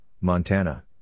Montana